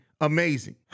amazing